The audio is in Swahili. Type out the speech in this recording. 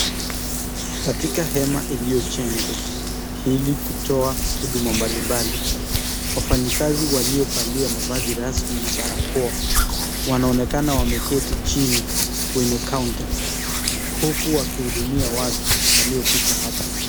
Katika hema iliyojengwa ili kutoa huuduma mbalimbali. Wafanyi kazi waliovalia mavazi rasmi na barakoa wanaonekana wameketi chini kwenye kaunta huku wakihudumia watu waliofika hapa.